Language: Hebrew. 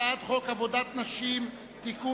הצעת חוק עבודת נשים (תיקון,